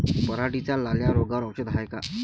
पराटीच्या लाल्या रोगावर औषध हाये का?